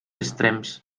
extrems